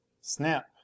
Snap